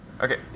Okay